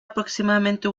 aproximadamente